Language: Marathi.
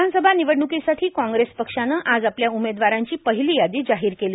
विधानसभा निवडण्कीसाठी कांग्रेस पक्षानं आज आपल्या उमेदवारांची पहिली यादी जाहीर केली